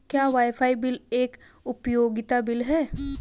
क्या wifi bill एक उपयोगिता बिल है?